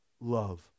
love